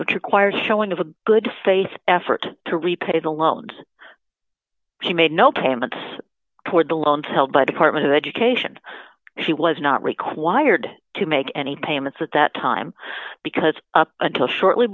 which requires showing of a good faith effort to repay the loans she made no payments toward the loans held by department of education she was not required to make any payments at that time because up until shortly